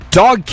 dog